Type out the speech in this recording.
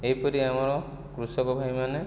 ଏହିପରି ଆମର କୃଷକ ଭାଇମାନେ